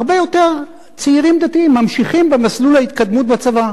הרבה יותר צעירים דתיים ממשיכים במסלול ההתקדמות בצבא,